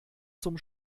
zum